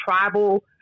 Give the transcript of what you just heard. tribal